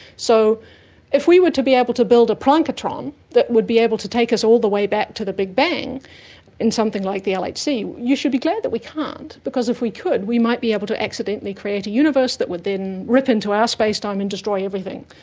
so if we were to be able to build a planckatron that would be able to take us all the way back to the big bang in something like the like lhc, you should be glad that we can't because if we could we might be able to accidentally create a universe that would then rip into our space time and destroy everything.